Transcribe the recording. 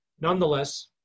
Nonetheless